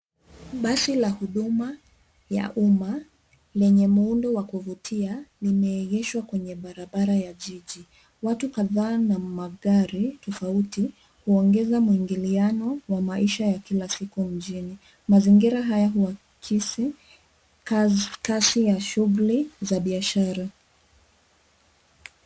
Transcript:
Basi la huduma ya umma lenye muundo wa kuvutia limeegeshwa kwenye barabara ya jiji. Watu kadhaa na magari tofauti huongeza mwingiliano wa maisha ya kila siku mjini. Mazingira haya huakisi kasi ya shughuli za biashara.